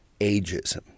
ageism